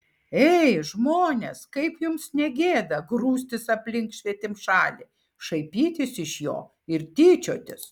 ei žmonės kaip jums ne gėda grūstis aplink svetimšalį šaipytis iš jo ir tyčiotis